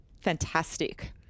fantastic